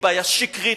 היא בעיה שקרית,